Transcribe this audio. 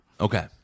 Okay